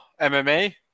MMA